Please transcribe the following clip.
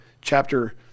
chapter